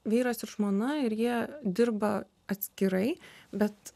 vyras ir žmona ir jie dirba atskirai bet